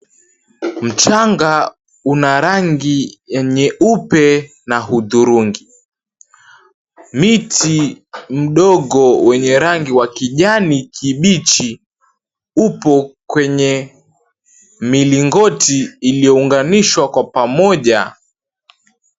Mchanga una rangi nyeupe na hudhurungi. Miti mdogo wenye rangi wa kijani kibichi upo kwenye milingoti iliyounganishwa kwa pamoja.